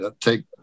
take